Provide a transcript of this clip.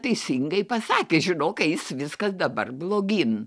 teisingai pasakė žinok eis viskas dabar blogyn